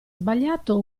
sbagliato